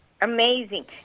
Amazing